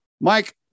Mike